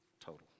total